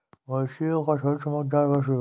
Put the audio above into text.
मोती एक कठोर, चमकदार वस्तु है